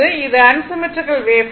இது unsymmetrical waveform